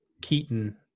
Keaton